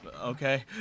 okay